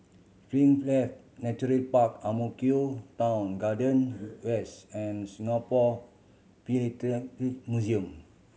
Springleaf Naturally Park Ang Mo Kio Town Garden West and Singapore Museum